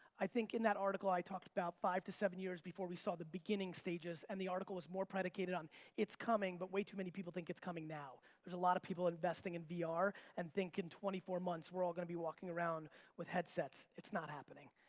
i think in that article i talked about five to seven years before we saw the beginning stages, and the article was more predicated on it's coming, but way too many people think it's coming now. there's a lot of people investing in vr and think in twenty four months we're all gonna be walking around with headsets. it's not happening.